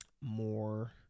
more